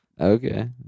Okay